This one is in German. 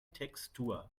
textur